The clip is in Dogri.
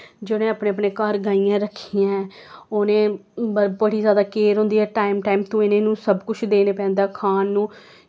जिनें अपने अपने घर गाईयां रक्खी दियां न उ'नें बड़ी केयर जादा होंदी ऐ टाईम टाईम तो इ'नेंगी सब कुश देने पैंदा ऐ खान नू